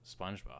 spongebob